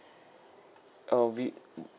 uh we